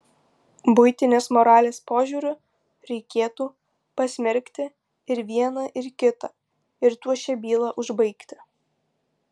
buitinės moralės požiūriu reikėtų pasmerkti ir vieną ir kitą ir tuo šią bylą užbaigti